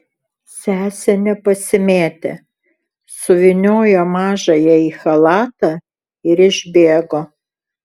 sesė nepasimėtė suvyniojo mažąją į chalatą ir išbėgo